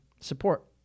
support